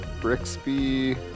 Brixby